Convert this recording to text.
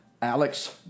Alex